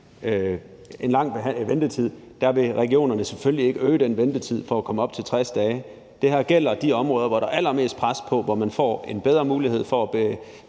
en lang ventetid, vil regionerne selvfølgelig ikke øge den ventetid for at komme op på 60 dage. Det her gælder de områder, hvor der er allermest pres på. Der får man en bedre mulighed for at